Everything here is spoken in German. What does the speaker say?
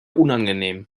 unangenehm